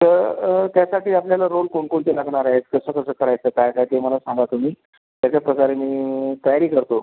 तर त्यासाठी आपल्याला रोल कोणकोणते लागणार आहे कसं कसं करायचं काय काय ते मला सांगा तुम्ही त्याच्याप्रकारे मी तयारी करतो